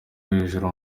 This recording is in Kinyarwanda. hejuru